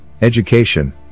education